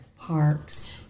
parks